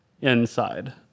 inside